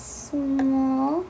small